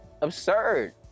absurd